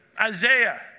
Isaiah